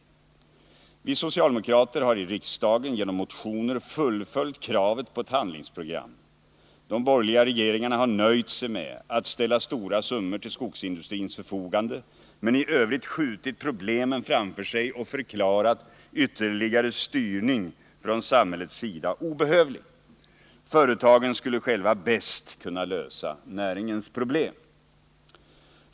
Vi socialdemokrater har i riksdagen genom motioner fullföljt kravet på ett handlingsprogram. De borgerliga regeringarna har nöjt sig med att ställa stora summor till skogsindustrins förfogande men i övrigt skjutit problemen framför sig och förklarat ytterligare styrning från samhällets sida obehövlig. Företagen skulle själva bäst kunna lösa näringens problem.